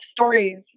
stories